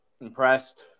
impressed